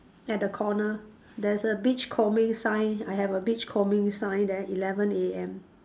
at the corner there's a beach combing sign I have a beach combing sign there eleven A_M